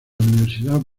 universidad